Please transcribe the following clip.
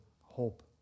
hope